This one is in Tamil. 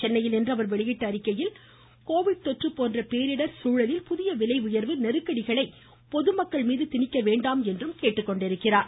சென்னையில் இன்று அவர் வெளியிட்டுள்ள அறிக்கையில் கொரோனா போன்ற பேரிடர் சூழலில் புதிய விலை உயர்வு நெருக்கடிகளை பொதுமக்கள் மீது திணிக்க வேண்டாம் என்று தெரிவித்துள்ளார்